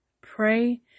pray